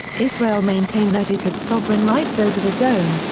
israel maintained that it had sovereign rights over the zone,